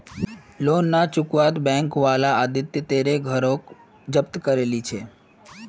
loan ना चुकावाता bank वाला आदित्य तेरे घर रोक जब्त करो ली छे